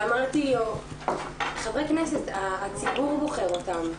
אמרתי לו, חברי כנסת, הציבור בוחר אותם.